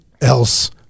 else